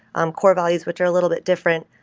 um core values which are a little bit different,